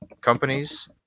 companies